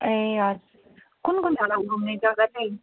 ए हजुर कुन कुन छ होला घुम्ने जगा चाहिँ